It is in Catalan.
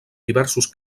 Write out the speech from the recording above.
diversos